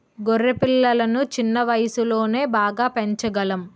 గొర్రె పిల్లలను చిన్న వయసులోనే బాగా పెంచగలం